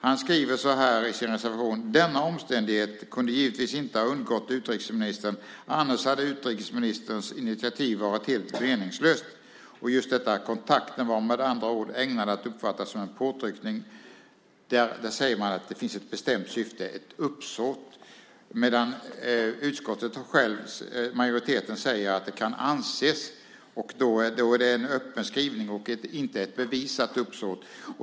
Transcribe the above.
Han skriver så här i sin reservation: "Denna omständighet kunde givetvis inte ha undgått utrikesministern, annars hade utrikesministerns initiativ varit helt meningslöst." Och just detta: "Kontakten var med andra ord ägnad att uppfattas som en påtryckning ." Där säger man att det finns ett bestämt syfte, ett uppsåt. Men utskottsmajoriteten säger att det "kan anses", och då är det en öppen skrivning och inte ett bevisat uppsåt.